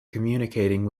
communicating